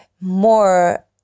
more